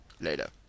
Later